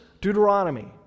Deuteronomy